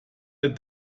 der